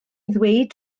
ddweud